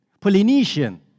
Polynesian